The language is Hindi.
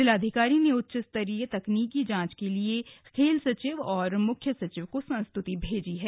जिलाधिकारी ने उच्चस्तरीय तकनीकी जांच के लिए खेल सचिव और मुख्य सचिव को संस्तुति भेजी है